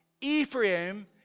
Ephraim